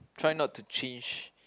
try not to change